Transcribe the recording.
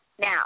Now